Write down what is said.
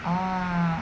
ah